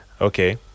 Okay